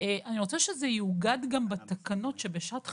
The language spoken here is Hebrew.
אני רוצה שזה ייכנס גם בתקנות שבשעת חירום,